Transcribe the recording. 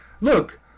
Look